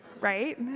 right